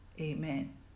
Amen